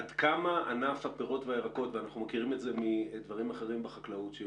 עד כמה ענף הפירות והירקות - ואנחנו מכירים את זה מדברים אחרים בחקלאות,